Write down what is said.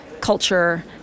culture